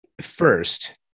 First